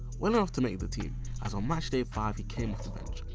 well enough to make the team as on matchday five he came off the bench.